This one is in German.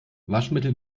waschmittel